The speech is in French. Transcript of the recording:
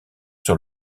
sur